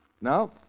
Now